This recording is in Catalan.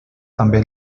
també